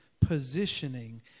positioning